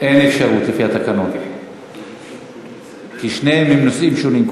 אין אפשרות לפי התקנון כי הם נושאים שונים.